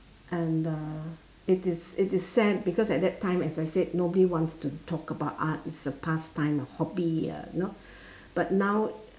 and uh it is it is sad because at that time as I said nobody wants to talk about art it's a pass time a hobby a you know but now